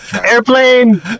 airplane